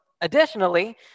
additionally